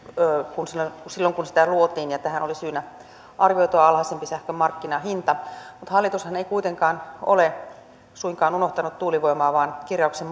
silloin kun silloin kun sitä luotiin ja tähän oli syynä arvioitua alhaisempi sähkön markkinahinta mutta hallitushan ei kuitenkaan ole suinkaan unohtanut tuulivoimaa vaan kirjauksen